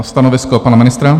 Stanovisko pana ministra?